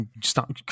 Stop